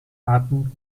arten